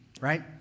right